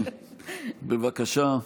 בבקשה,